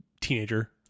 teenager